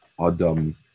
Adam